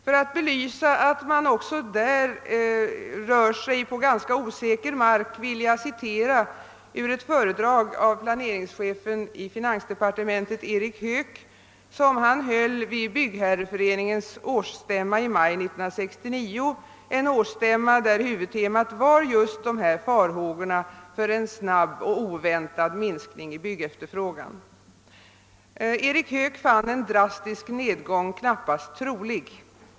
För att belysa att man också därvidlag rör sig på ganska osäker mark vill jag citera ur ett föredrag av planeringschefen i finansdepartementet Erik Höök, vilket han höll vid Byggherreföreningens årsstämma i maj 1969, en årsstämma där huvudtemat var just dessa farhågor för en snabb och oväntad minskning i byggefterfrågan. Erik Höök fann en drastisk nedgång knappast trolig.